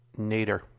Nader